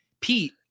Pete